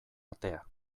atea